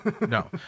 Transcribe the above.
no